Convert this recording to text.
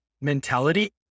mentality